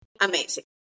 amazing